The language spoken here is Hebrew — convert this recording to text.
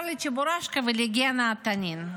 בעיקר לצ'יבורשקה ולגנה התנין,